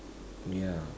yeah